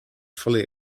fully